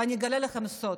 ואני אגלה לכם סוד: